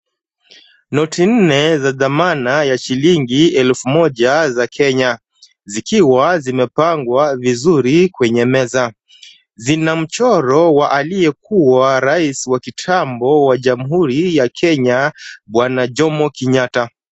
Noti nne za thamana ya shilingi elfu moja za Kenya, zikiwa zimepangwa vizuri kwenye meza. Zina mchoro wa aliyekuwa rais wa kitambo wa jamhuri ya Kenya, bwana Jomo Kenyatta.